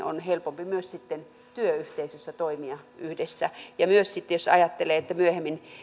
on helpompi myös sitten työyhteisössä toimia yhdessä myös sitten jos ajattelee että myöhemmin